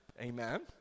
amen